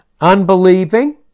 unbelieving